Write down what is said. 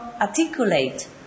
articulate